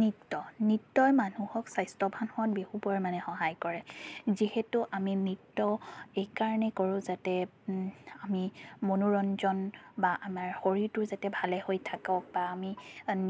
নৃত্য নৃত্যই মানুহক স্বাস্থ্যৱান হোৱাত বহু পৰিমাণে সহায় কৰে যিহেতু আমি নৃত্য এইকাৰণে কৰোঁ যাতে আমি মনোৰঞ্জন বা আমাৰ শৰীৰটো যাতে ভালে হৈ থাকক বা আমি